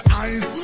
eyes